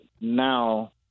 now